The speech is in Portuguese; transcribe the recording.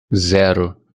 zero